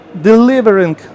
Delivering